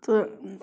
تہٕ